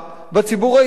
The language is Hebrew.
בא ראש השב"כ,